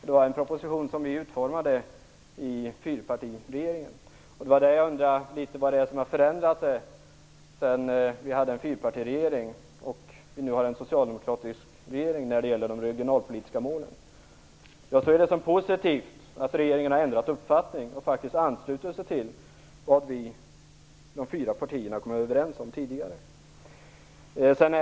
Det var en proposition som vi i fyrpartiregeringen utformade. Jag undrar vad det är som har förändrats sedan vi hade en fyrpartiregering, med tanke på att vi nu har en socialdemokratisk regering, när det gäller de regionalpolitiska målen. Jag ser det som positivt att regeringen har ändrat uppfattning och faktiskt anslutit sig till vad de fyra partierna kom överens om tidigare. Fru talman!